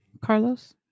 Carlos